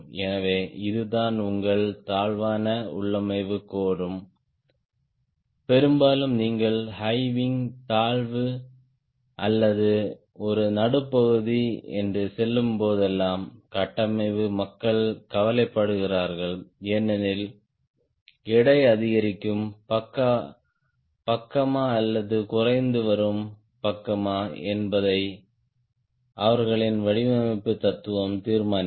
எனவே இதுதான் உங்கள் தாழ்வான உள்ளமைவு கோரும் பெரும்பாலும் நீங்கள் ஹை விங் தாழ்வு அல்லது ஒரு நடுப்பகுதி என்று சொல்லும்போதெல்லாம் கட்டமைப்பு மக்கள் கவலைப்படுகிறார்கள் ஏனெனில் எடை அதிகரிக்கும் பக்கமா அல்லது குறைந்து வரும் பக்கமா என்பதை அவர்களின் வடிவமைப்பு தத்துவம் தீர்மானிக்கும்